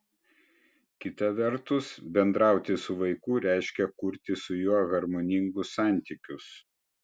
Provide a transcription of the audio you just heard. kita vertus bendrauti su vaiku reiškia kurti su juo harmoningus santykius